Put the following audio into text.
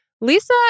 Lisa